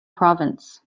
province